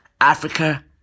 Africa